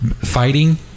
fighting